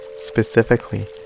specifically